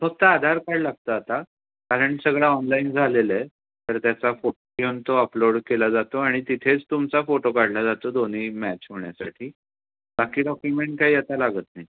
फक्त आधार कार्ड लागतं आता कारण सगळं ऑनलाईन झालेलं आहे तर त्याचा फोट घेऊन तो अपलोड केला जातो आणि तिथेच तुमचा फोटो काढला जातो दोन्ही मॅच होण्यासाठी बाकी डॉक्युमेंट काही आता लागत नाही